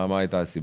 מה הייתה הסיבה?